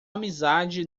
amizade